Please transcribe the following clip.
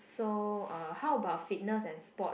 so uh how about fitness and sport